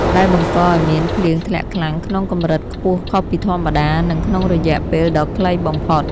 ដែលបង្កឱ្យមានភ្លៀងធ្លាក់ខ្លាំងក្នុងកម្រិតខ្ពស់ខុសពីធម្មតា និងក្នុងរយៈពេលដ៏ខ្លីបំផុត។